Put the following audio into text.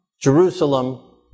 Jerusalem